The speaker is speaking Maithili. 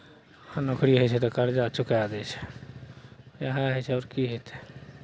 आ नोकरी होइ छै तऽ कर्जा चुका दैत छै इएह होइ छै आओर की हेतै